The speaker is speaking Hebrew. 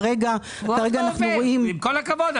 כרגע אנו רואים- -- עוד לא עובר.